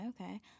okay